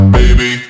baby